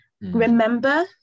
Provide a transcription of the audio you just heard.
remember